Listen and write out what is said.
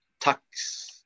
tax